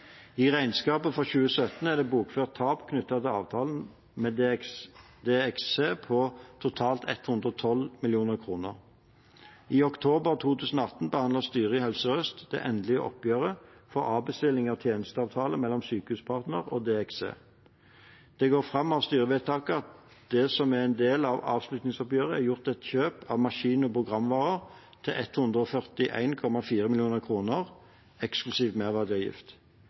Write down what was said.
I regnskapet for 2017 er det et bokført tap knyttet til avtalen med DXC på totalt 112 mill. kr. I oktober 2018 behandlet styret i Helse Sør-Øst det endelige oppgjøret for avbestilling av tjenesteavtalen mellom Sykehuspartner og DXC. Det går fram av styrevedtaket at det som en del av avslutningsoppgjøret er gjort et kjøp av maskin- og programvarer til